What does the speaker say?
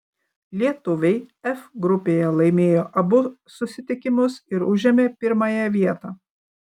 lietuviai f grupėje laimėjo abu susitikimus ir užėmė pirmąją vietą